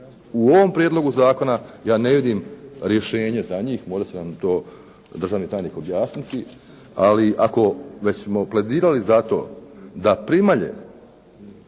U ovom prijedlogu zakona ja ne vidim rješenje za njih, možda će nam to državni tajnik objasniti, ali ako već smo pledirali za to da primalje